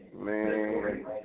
Man